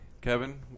Kevin